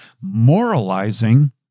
moralizing